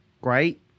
great